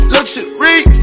Luxury